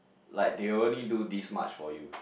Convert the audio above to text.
like they will only do this much for you